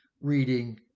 reading